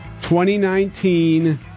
2019